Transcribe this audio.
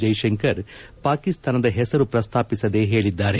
ಜೈತಂಕರ್ ಪಾಕಿಸ್ತಾನದ ಹೆಸರು ಪ್ರಸ್ತಾಪಿಸದೇ ಹೇಳಿದ್ದಾರೆ